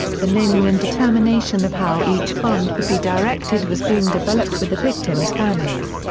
the naming and determination of how each fund would be directed was being developed with the victims' families.